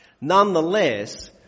Nonetheless